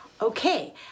Okay